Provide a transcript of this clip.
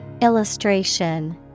Illustration